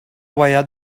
باید